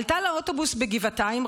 עלתה לאוטובוס בגבעתיים,